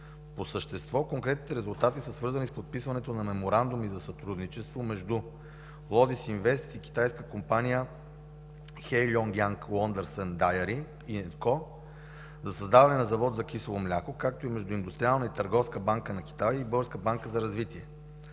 По същество, конкретните резултатите са свързани с подписването на меморандуми за сътрудничество между „Лодис Инвест” и китайската компания „Heilongjiang Wondersun Dairy Co Ltd.” за създаване на завод за кисело мляко, както и между Индустриалната и търговска банка на Китай и Българската банка за развитие.